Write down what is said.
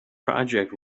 project